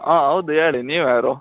ಹಾಂ ಹೌದು ಹೇಳಿ ನೀವು ಯಾರು